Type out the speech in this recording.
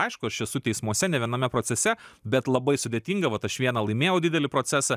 aišku aš esu teismuose ne viename procese bet labai sudėtinga vat aš vieną laimėjau didelį procesą